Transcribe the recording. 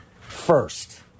first